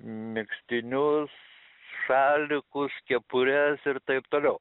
megztinius šalikus kepures ir taip toliau